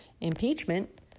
impeachment